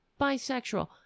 bisexual